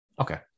Okay